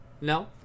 no